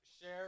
share